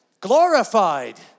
glorified